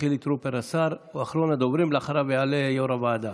אחריו יעלה יו"ר הוועדה.